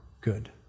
good